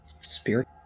Spirit